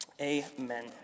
amen